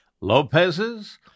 Lopez's